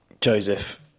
Joseph